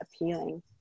appealing